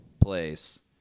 place